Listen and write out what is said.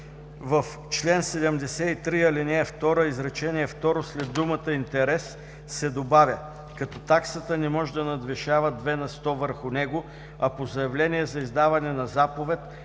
В чл. 73, ал. 2 изречение второ след думата „интерес“ се добавя „като таксата не може да надвишава 2 на сто върху него, а по заявление за издаване на заповед